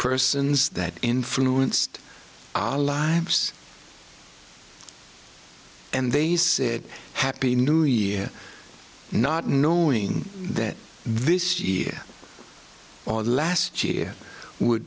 persons that influenced allah lives and they said happy new year not knowing that this year last year would